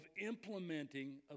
implementing